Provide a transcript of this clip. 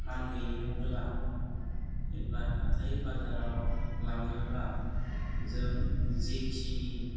फानहैयोब्ला एबा हाथाइ बाजाराव लाङोब्ला जों जेखिनि